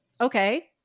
okay